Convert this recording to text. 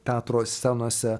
teatro scenose